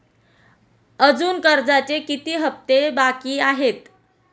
अजुन कर्जाचे किती हप्ते बाकी आहेत?